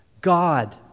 God